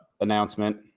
announcement